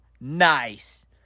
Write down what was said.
nice